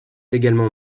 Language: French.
également